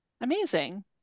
Amazing